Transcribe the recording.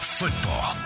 football